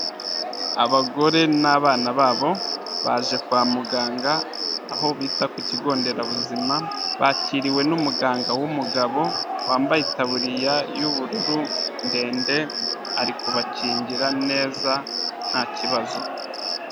Abagore n'abana babo baje kwa muganga aho bita ku kigo nderabuzima, bakiriwe n'umuganga w'umugabo wambaye itabuririya y'ubururu ndende, ari kubakingira neza ntakibazo.